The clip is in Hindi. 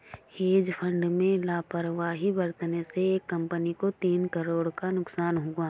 हेज फंड में लापरवाही बरतने से एक कंपनी को तीन करोड़ का नुकसान हुआ